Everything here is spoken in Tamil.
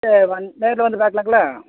சரி வந்து நேரில் வந்து பார்க்கலாங்களா